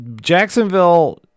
Jacksonville